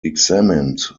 examined